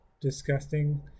disgusting